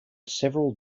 several